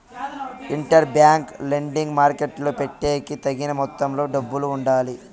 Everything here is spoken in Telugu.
ఇంటర్ బ్యాంక్ లెండింగ్ మార్కెట్టులో పెట్టేకి తగిన మొత్తంలో డబ్బులు ఉండాలి